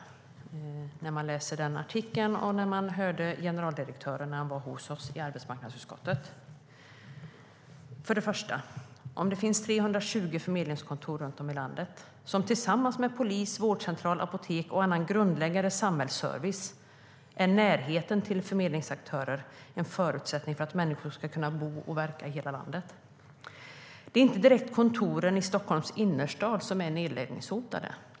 Det intrycket fick man när man läste artikeln och när man hörde generaldirektören när han var hos oss i arbetsmarknadsutskottet. För det första: Det finns 320 förmedlingskontor runt om i landet. Tillsammans med polis, vårdcentral, apotek och annan grundläggande samhällsservice är närheten till förmedlingsaktörer en förutsättning för att människor ska kunna bo och verka i hela landet. Det är inte direkt kontoren i Stockholms innerstad som är nedläggningshotade.